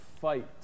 fight